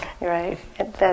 Right